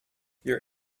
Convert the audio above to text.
your